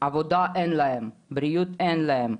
עבודה אין להם, בריאות אין להם.